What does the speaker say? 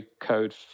code